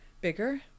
Bigger